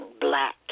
black